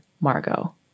Margot